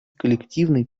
коллективной